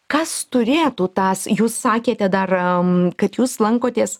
kas turėtų tas jūs sakėte dar kad jūs lankotės